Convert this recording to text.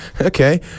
okay